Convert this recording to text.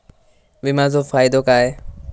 विमाचो फायदो काय?